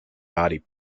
body